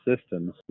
systems